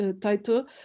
title